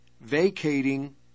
vacating